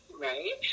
Right